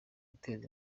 guteza